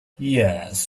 yes